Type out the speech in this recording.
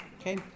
Okay